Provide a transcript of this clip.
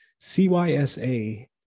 CYSA